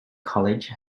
college